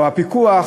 או הפיקוח,